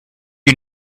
you